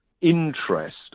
interest